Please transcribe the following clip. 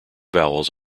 vowels